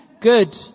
good